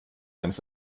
senf